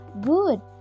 good